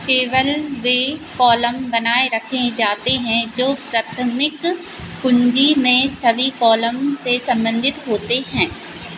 केवल वे कॉलम बनाए रखे जाते हैं जो प्राथमिक कुंजी में सभी कॉलम से सम्बन्धित होते हैं